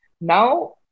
Now